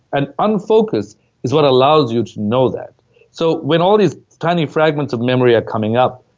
and unfocus is what allows you to know that so when all these tiny fragments of memory are coming up,